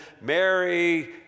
Mary